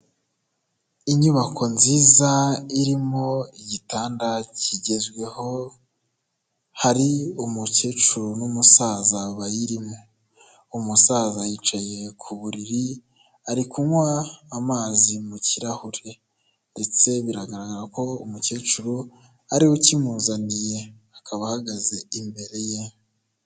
Inyubako nziza irimo igitanda kigezweho, hari umukecuru n'umusaza bayirimo, umusaza yicaye ku buriri ari kunywa amazi mu kirahure ndetse biragaragara ko umukecuru ariwe ukimuzaniye akaba ahagaze imbere ye.